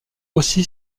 aussi